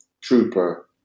trooper